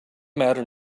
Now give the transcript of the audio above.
matter